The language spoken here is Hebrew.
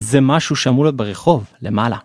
זה משהו שאמור להיות ברחוב למעלה.